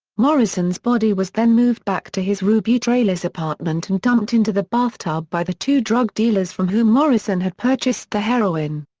morrison's body was then moved back to his rue beautreillis apartment and dumped into the bathtub by the two drug dealers from whom morrison had purchased the heroin.